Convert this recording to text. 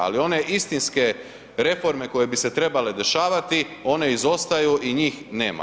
Ali, one istinske reforme, koje bi se trebale dešavati, one izostaju i njih nema.